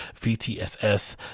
VTSS